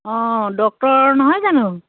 অঁ ডক্টৰ নহয় জানোঁ